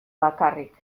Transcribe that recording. bakarrik